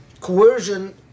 Coercion